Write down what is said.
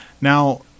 now